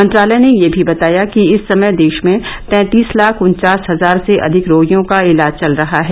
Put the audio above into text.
मंत्रालय ने यह भी बताया कि इस समय देश में तैंतीस लाख उन्वास हजार से अधिक रोगियों का इलाज चल रहा है